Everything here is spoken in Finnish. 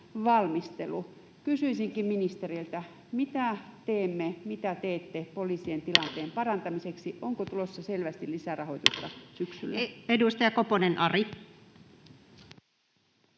valmistelu. Kysyisinkin ministeriltä: Mitä teemme, mitä teette poliisien tilanteen parantamiseksi? Onko tulossa selvästi lisärahoitusta